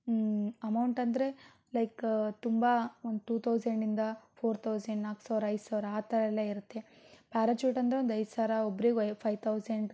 amount ಅಂದರೆ like ತುಂಬ ಒಂದು ಟೂ ಥೌಸಂಡಿಂದ ಫೋರ್ ಥೌಸಂಡ್ ನಾಲ್ಕು ಸಾವಿರ ಐದು ಸಾವಿರ ಆ ಥರ ಎಲ್ಲ ಇರತ್ತೆ ಪ್ಯಾರಚೂಟ್ ಅಂದರೆ ಒಂದು ಐದು ಸಾವಿರ ಒಬ್ಬರಿಗೆ ಐವ ಫೈವ್ ಥೌಸಂಡ್